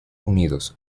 unidos